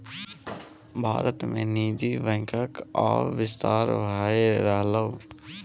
भारत मे निजी बैंकक आब बिस्तार भए रहलैए